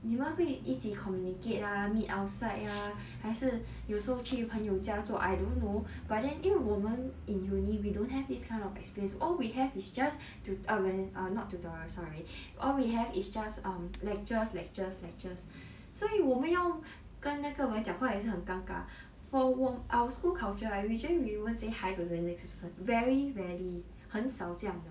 你们会一起 communicate ah meet outside ah 还是有时候去朋友家做 I don't know but then 因为我们 in uni we don't have this kind of experience all we have is just tut~ I mean not tutorials sorry all we have is just um lectures lectures lectures 所以我们要跟那个人讲话也是很尴尬 for 我 our school culture right we usually won't say hi to the next person very rarely 很少这样的